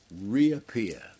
reappear